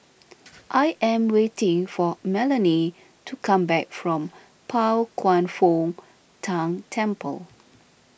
I am waiting for Melany to come back from Pao Kwan Foh Tang Temple